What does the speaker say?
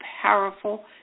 powerful